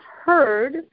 heard